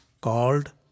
called